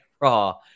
Raw